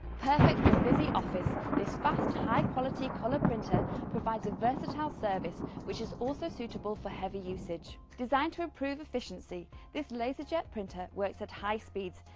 perfect for a busy office, this fast, high quality colour printer provides a versatile service, which is also suitable for heavy usage. designed to improve efficiency, this laserjet printer works at high speeds,